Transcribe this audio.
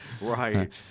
right